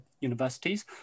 universities